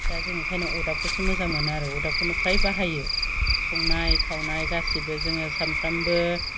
दा जों ओंखायनो अरदाबखौसो मोजां मोनो आरो अरदाबखौनो फ्राय बाहायो संनाय खावनाय गासैबो जोङो सानफ्रोमबो